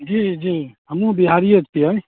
जी जी हमहूँ बिहारिए छियै